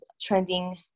trending